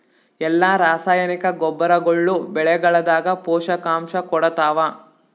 ಎಲ್ಲಾ ರಾಸಾಯನಿಕ ಗೊಬ್ಬರಗೊಳ್ಳು ಬೆಳೆಗಳದಾಗ ಪೋಷಕಾಂಶ ಕೊಡತಾವ?